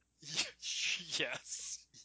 Yes